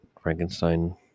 Frankenstein